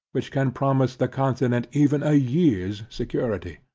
which can promise the continent even a year's security.